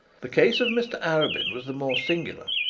the case of mr arabin was the more singular,